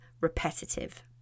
repetitive